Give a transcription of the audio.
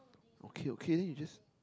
okay okay just